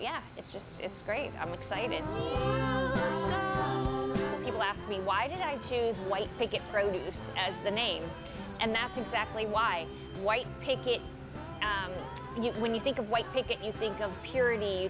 yeah it's just it's great i'm excited people ask me why did i choose white picket produce as the name and that's exactly why white picket you when you think of white picket you think of purity